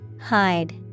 Hide